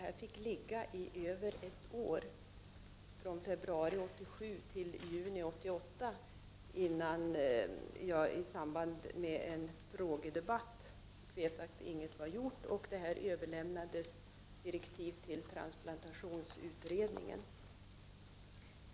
Saken fick ligga orörd över ett år, från februari 1987 till juni 1988, innan jag i samband med en frågedebatt fick veta att ingenting hade gjorts. Det överlämnades direktiv till transplantationsutredningen.